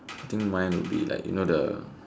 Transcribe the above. I think mine would be like you know the